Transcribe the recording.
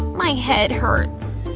my head hurts.